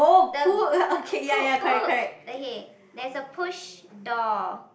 the poop poop okay there's a push door